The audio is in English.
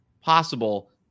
possible